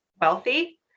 wealthy